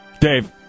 Dave